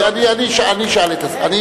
תסביר.